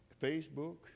Facebook